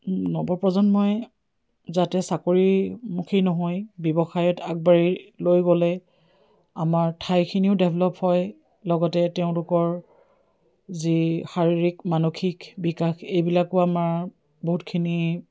নৱপ্ৰজন্মই যাতে চাকৰিমুখী নহৈ ব্যৱসায়ত আগবাঢ়ি লৈ গ'লে আমাৰ ঠাইখিনিও ডেভলপ হয় লগতে তেওঁলোকৰ যি শাৰীৰিক মানসিক বিকাশ এইবিলাকো আমাৰ বহুতখিনি